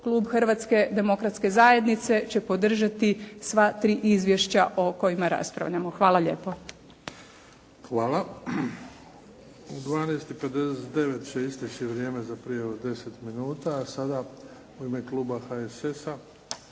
klub Hrvatske demokratske zajednice će podržati sva tri izvješća o kojima raspravljamo. Hvala lijepo. **Bebić, Luka (HDZ)** Hvala. U 12,59 će isteći vrijeme za prijavu od 10 minuta. A sada u ime kluba HSS-a,